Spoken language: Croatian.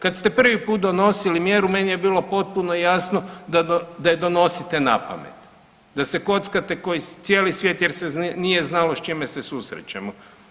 Kad ste prvi put donosili mjeru meni je bilo potpuno jasno da je donosite napamet, da se kockate ko cijeli svijet jer se nije znalo s čime se susrećemo.